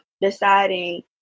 deciding